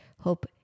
hope